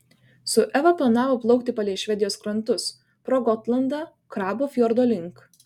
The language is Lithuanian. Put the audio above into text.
su eva planavo plaukti palei švedijos krantus pro gotlandą krabų fjordo link